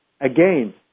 again